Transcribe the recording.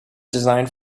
designed